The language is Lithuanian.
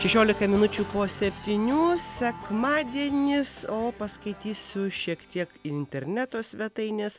šešiolika minučių po septynių sekmadienis o paskaitysiu šiek tiek interneto svetaines